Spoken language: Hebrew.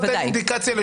בוודאי.